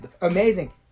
amazing